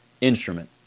instrument